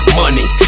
money